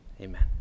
amen